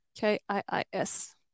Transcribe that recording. K-I-I-S